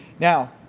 now,